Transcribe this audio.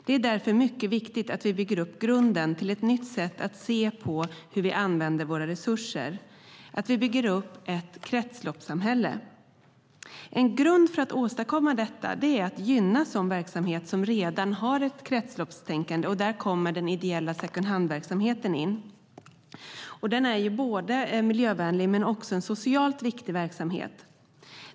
Det är därför mycket viktigt att vi bygger upp grunden till ett nytt sätt att se på hur vi använder våra resurser - att vi bygger upp ett kretsloppssamhälle. En grund för att åstadkomma detta är att gynna verksamhet som redan har ett kretsloppstänkande. Där kommer den ideella second hand-verksamheten in. Den är både miljövänlig och socialt viktig.